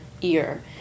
ear